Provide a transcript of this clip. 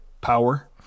power